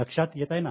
लक्षात येताय ना